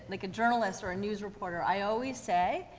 like a journalist or a news reporter. i always say,